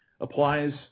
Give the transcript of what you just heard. applies